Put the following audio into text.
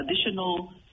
additional